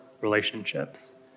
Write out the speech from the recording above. relationships